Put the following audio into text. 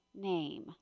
name